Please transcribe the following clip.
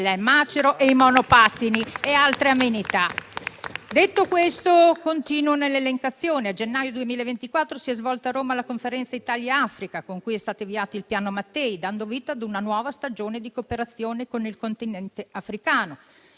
al macero, i monopattini e altre amenità. Detto questo continuo nell'elencazione. A gennaio 2024 si è svolta a Roma la Conferenza Italia-Africa, con cui è stato avviato il Piano Mattei, dando vita ad una nuova stagione di cooperazione con il Continente africano.